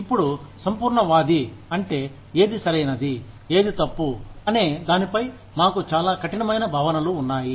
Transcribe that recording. ఇప్పుడు సంపూర్ణవాది అంటే ఏది సరైనది ఏది తప్పు అనే దానిపై మాకు చాలా కఠినమైన భావనలు ఉన్నాయి